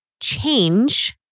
change